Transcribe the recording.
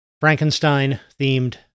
Frankenstein-themed